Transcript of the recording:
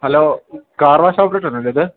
hello car wash ോപ്പറേറ്റ്ണല്ല ഇത്